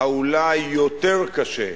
האולי יותר קשה,